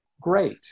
great